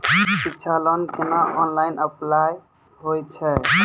शिक्षा लोन केना online apply होय छै?